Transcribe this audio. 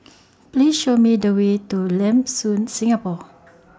Please Show Me The Way to Lam Soon Singapore